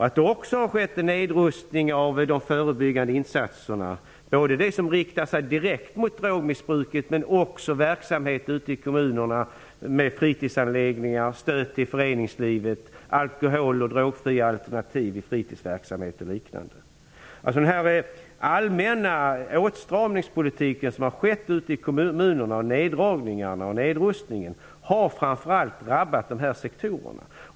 Det har också skett en nedrustning av de förebyggande insatserna, både av de insatser som riktar sig direkt mot drogmissbruket och av verksamheten i kommunerna i form av fritidsanläggningar, stöd till föreningslivet, alkohol och drogfria alternativ i fritidsverksamhet och liknande. Den allmänna åtstramningspolitiken som har förts ute i kommunerna, neddragningen och nedrustningen, har framför allt drabbat dessa sektorer.